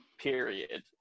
period